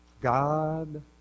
God